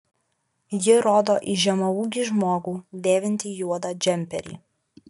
ji rodo į žemaūgį žmogų dėvintį juodą džemperį